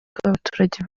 bw’abaturage